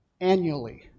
annually